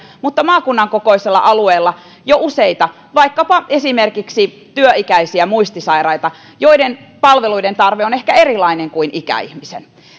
mutta maakunnan kokoisella alueella jo useita esimerkiksi työikäisiä muistisairaita joiden palveluiden tarve on ehkä erilainen kuin ikäihmisten